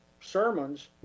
sermons